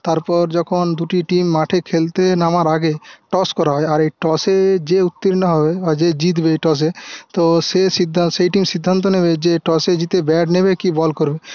তারপর যখন দুটি টিম মাঠে খেলতে নামার আগে টস করা হয় আর এই টসে যে উত্তীর্ণ হবে বা যে জিতবে এই টসে তো সে সিদ্ধ সে টিম সিদ্ধান্ত নেবে যে টসে জিতে ব্যাট নেবে কি বল করবে